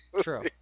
True